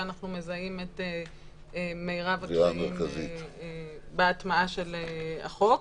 אנחנו מזהים את מרב הקשיים בהטמעה של החוק.